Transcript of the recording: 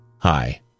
Hi